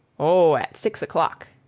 oh, at six o'clock.